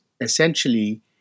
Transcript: essentially